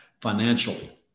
financially